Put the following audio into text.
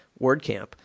WordCamp